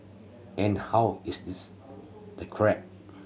and how is this the crab